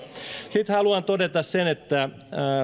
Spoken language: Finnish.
sitten haluan todeta kun